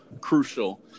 crucial